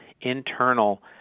internal